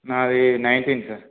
నాది nineteen sir